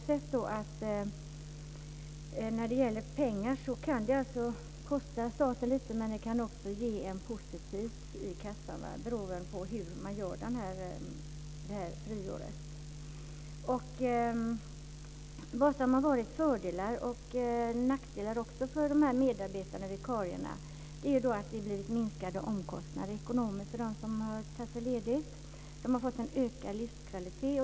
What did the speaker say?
Det kan kosta staten lite i pengar, men det kan också ge ett positivt resultat i kassan beroende på hur man utformar friåret. Man har också sett till vilka fördelar och nackdelar det har blivit för medarbetarna och vikarierna. Det har ekonomiskt blivit minskade omkostnader för dem som har tagit ledigt. De har fått en ökad livskvalitet.